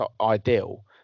ideal